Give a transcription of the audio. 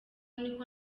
niko